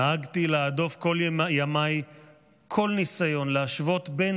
נהגתי להדוף כל ימיי כל ניסיון להשוות בין